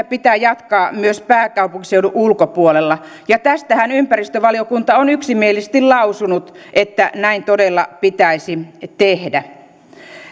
pitää jatkaa myös pääkaupunkiseudun ulkopuolella ja tästähän ympäristövaliokunta on yksimielisesti lausunut että näin todella pitäisi tehdä